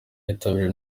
yitabiriwe